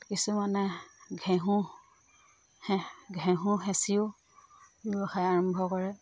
কিছুমানে ঘেঁহু ঘেঁহু ব্যৱসায় আৰম্ভ কৰে